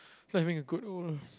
feeling like having a good old